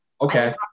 Okay